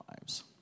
lives